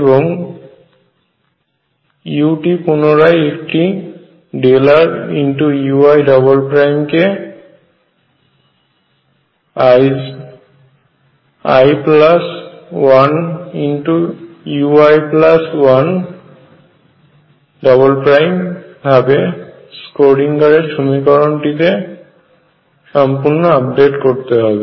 এবং u টি পূনরায় একটি rui কে i 1 ui1 ভাবে নিয়ে স্ক্রোডিঙ্গারের সমীকরণটিকেSchrödinger equation সম্পূর্ন আপডেট করতে হবে